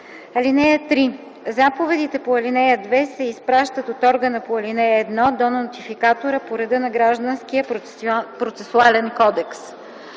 (3) Заповедите по ал. 2 се изпращат от органа по ал. 1 до нотификатора по реда на Гражданския процесуален кодекс.